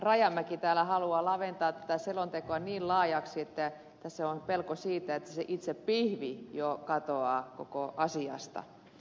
rajamäki täällä haluaa laventaa tätä selontekoa niin laajaksi että tässä on pelko siitä että se itse pihvi jo katoaa koko asiasta